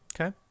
Okay